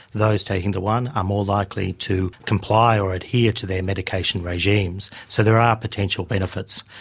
those taking the one are more likely to comply or adhere to their medication regimes. so there are potential benefits.